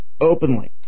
openly